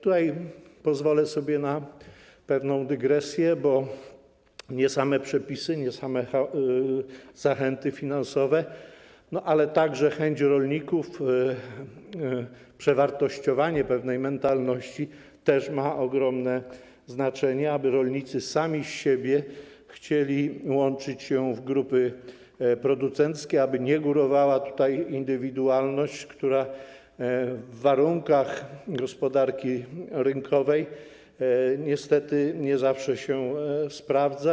Tutaj pozwolę sobie na pewną dygresję, bo nie same przepisy, nie same zachęty finansowe, ale także chęć rolników, przewartościowanie pewnej mentalności też ma ogromne znaczenie, aby rolnicy sami z siebie chcieli łączyć się w grupy producenckie, aby nie górowała tu indywidualność, która w warunkach gospodarki rynkowej niestety nie zawsze się sprawdza.